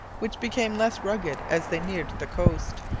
which became less rugged as they neared the coast,